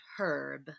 Herb